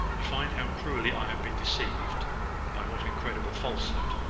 you find how cruelly i have been deceived by what incredible falsehood.